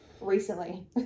recently